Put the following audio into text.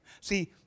See